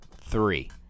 three